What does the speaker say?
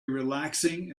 relaxing